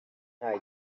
nta